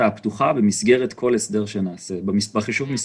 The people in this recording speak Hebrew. הפתוחה במסגרת כל הסדר שנעשה בחישוב המספרים,